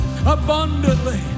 abundantly